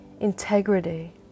integrity